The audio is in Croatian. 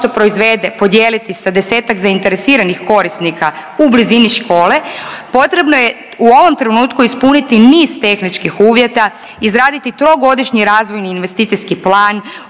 što proizvede podijeliti sa 10-tak zainteresiranih korisnika u blizini škole potrebno je u ovom trenutku ispuniti niz tehničkih uvjeta, izraditi 3-godišnji razvoj investicijski plan,